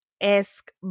esque